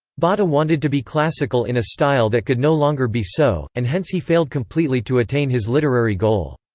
botta wanted to be classical in a style that could no longer be so, and hence he failed completely to attain his literary goal.